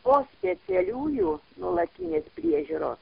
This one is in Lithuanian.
o specialiųjų nuolatinės priežiūros